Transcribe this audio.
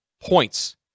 points